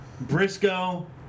Briscoe